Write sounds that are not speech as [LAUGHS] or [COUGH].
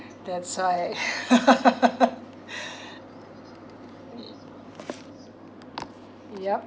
that's why [LAUGHS] yup